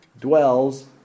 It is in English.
dwells